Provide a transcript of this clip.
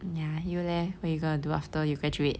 ya you leh what you going to do after you graduate